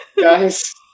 Guys